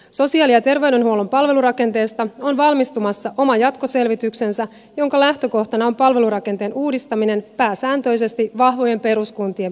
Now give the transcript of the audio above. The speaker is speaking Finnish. sosiaali ja terveydenhuollon palvelurakenteesta on valmistumassa oma jatkoselvityksensä jonka lähtökohtana on palvelurakenteen uudistaminen pääsääntöisesti vahvojen peruskuntien perustalle